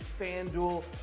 FanDuel